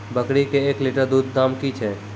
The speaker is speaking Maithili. बकरी के एक लिटर दूध दाम कि छ?